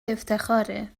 افتخاره